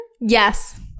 Yes